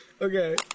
Okay